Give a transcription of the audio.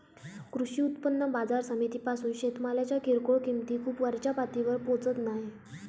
कृषी उत्पन्न बाजार समितीपासून शेतमालाच्या किरकोळ किंमती खूप वरच्या पातळीवर पोचत नाय